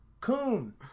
Coon